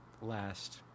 last